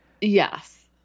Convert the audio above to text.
Yes